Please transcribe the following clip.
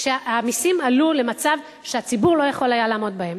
כשהמסים עלו למצב שהציבור לא יכול היה לעמוד בהם.